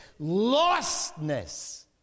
lostness